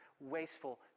wasteful